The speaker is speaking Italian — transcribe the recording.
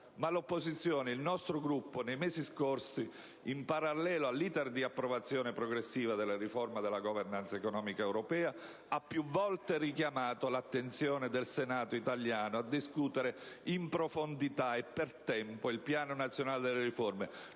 era e non è. Ma il nostro Gruppo nei mesi scorsi, in parallelo all'*iter* di approvazione progressiva della riforma della *governance* economica europea, ha più volte richiamato l'attenzione del Senato italiano a discutere approfonditamente e per tempo il Piano nazionale delle riforme,